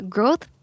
Growth